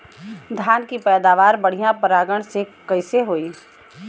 धान की पैदावार बढ़िया परागण से कईसे होई?